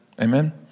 Amen